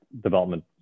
development